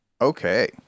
Okay